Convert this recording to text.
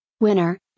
Winner